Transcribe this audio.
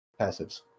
passives